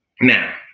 Now